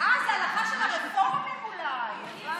אבל הרגע אנחנו ניהלנו פה דיון ונתתי